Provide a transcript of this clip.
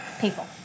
people